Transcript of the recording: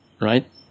right